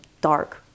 dark